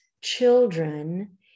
children